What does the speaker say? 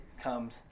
comes